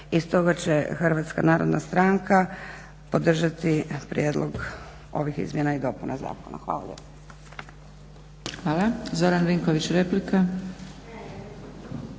stoga će HNS podržati prijedlog ovih izmjena i dopuna zakona. Hvala